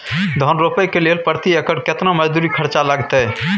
धान रोपय के लेल प्रति एकर केतना मजदूरी खर्चा लागतेय?